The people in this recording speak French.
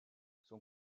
son